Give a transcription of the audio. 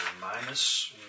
minus